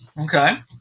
Okay